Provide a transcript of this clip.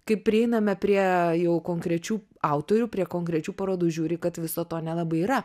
kai prieiname prie jau konkrečių autorių prie konkrečių parodų žiūri kad viso to nelabai yra